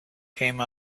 came